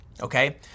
Okay